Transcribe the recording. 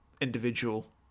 individual